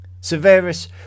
Severus